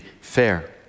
fair